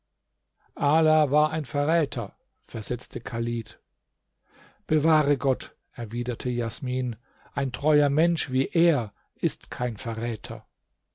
ala war ein verräter versetzte chalid bewahre gott erwiderte jasmin ein treuer mensch wie er ist kein verräter